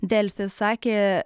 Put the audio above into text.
delfi sakė